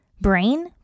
brain